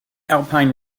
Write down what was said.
alpine